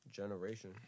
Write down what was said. Generation